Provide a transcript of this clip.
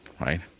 Right